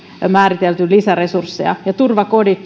määritelty lisäresursseja turvakodit